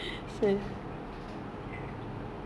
akunya lagi bagus akunya L_V